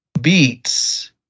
beats